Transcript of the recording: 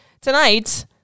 tonight